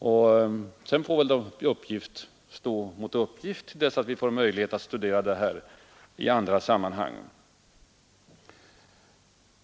Uppgift får väl stå mot uppgift till dess att vi har möjlighet att studera det här i andra sammanhang.